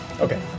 Okay